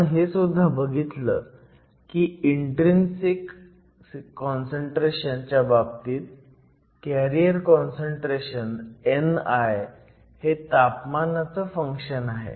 आपण हे सुद्धा बघितलं की इन्ट्रीन्सिक काँसंट्रेशन च्या बाबतीत कॅरियर काँसंट्रेशन ni हे तापमानाचं फंक्शन आहे